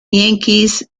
yankees